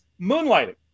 moonlighting